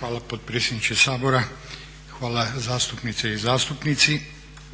Hvala potpredsjedniče Sabora, hvala zastupnice i zastupnici.